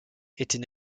était